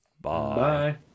Bye